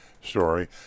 story